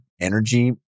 energy